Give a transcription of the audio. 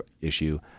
issue